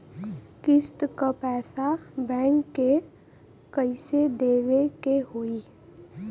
किस्त क पैसा बैंक के कइसे देवे के होई?